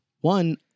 One